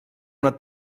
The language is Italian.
una